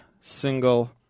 single